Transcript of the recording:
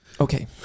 okay